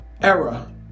era